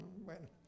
Bueno